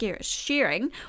sharing